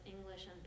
English